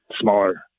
smaller